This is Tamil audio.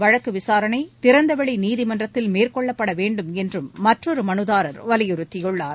வழக்கு விசாரணை திறந்தவெளி நீதிமன்றத்தில் மேற்கொள்ளப்பட இந்த வேண்டுமென்றும் மற்றொரு மனுதாரர் வலியுறுத்தியுள்ளார்